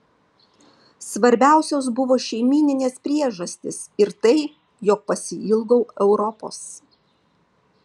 svarbiausios buvo šeimyninės priežastys ir tai jog pasiilgau europos